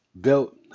built